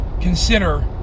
consider